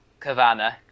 Cavanna